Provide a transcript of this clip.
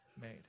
made